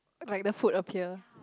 like the food appear